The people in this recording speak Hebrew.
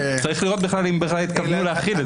צריך לראות אם בכלל התכוונו להחיל את זה.